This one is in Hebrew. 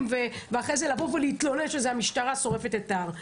ואחר כך להתלונן שהמשטרה שורפת את ההר.